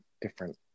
different